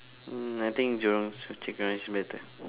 mm I think jurong chicken rice better